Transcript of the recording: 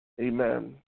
amen